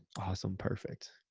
awesome. perfect.